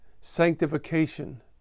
Sanctification